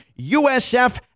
USF